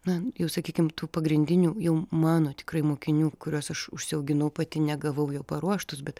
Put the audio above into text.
na jau sakykim tų pagrindinių jau mano tikrai mokinių kuriuos aš užsiauginau pati negavau jau paruoštus bet